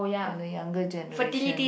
in the younger generation